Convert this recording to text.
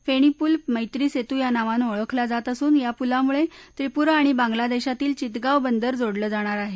फेणी पूल मर्तीसेतू या नावनं ओळखला जात असून या पुलामुळे त्रिपूरा आणि बांग्लादेशतील चितगाव बंदर झोडलं जाणार आहे